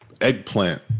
Eggplant